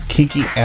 Kiki